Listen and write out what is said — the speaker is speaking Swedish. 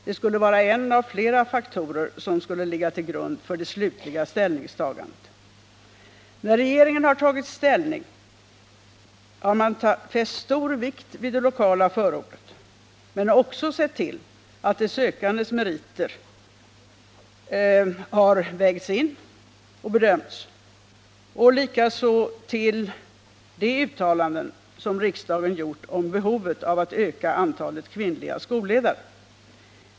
Den är en av flera faktorer som skall vara utslagsgivande för det slutliga ställningstagandet. När regeringen har tagit ställning, har den fäst stor vikt vid det lokala förordet men också sett till att de sökandes meriter har vägts in och bedömts. Den har vidare fäst vikt vid de uttalanden som riksdagen gjort om behovet av att öka antalet kvinnliga skolledare.